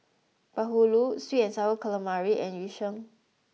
bahulu Sweet and Sour Calamari and yu sheng